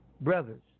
brothers